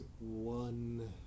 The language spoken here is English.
one